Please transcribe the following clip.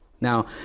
Now